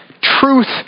truth